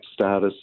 status